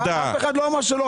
אף אחד לא אמר שלא.